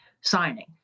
signing